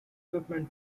equipment